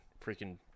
freaking